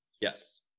Yes